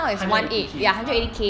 hundred eighty K ah